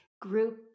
group